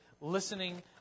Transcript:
listening